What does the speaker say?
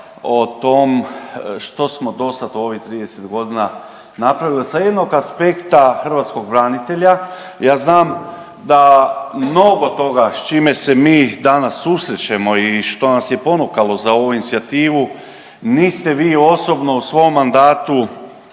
o tom što smo dosad u ovih 30 godina napravili. Sa jednog aspekta hrvatskog branitelja ja znam mnogo toga s čime se mi danas susrećemo i što nas je ponukalo za ovu inicijativu niste vi osobno u svom mandatu,